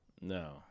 No